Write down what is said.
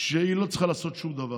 שהיא לא צריכה לעשות שום דבר.